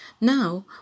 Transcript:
Now